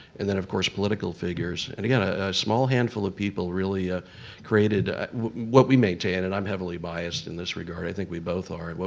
and then of course, political figures. and again, a small handful of people really ah created what we maintain. and i'm heavily biased in this regard. i think we both are. and